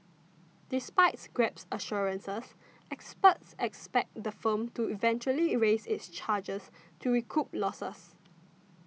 despite Grab's assurances experts expect the firm to eventually raise its charges to recoup losses